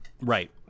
Right